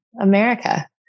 America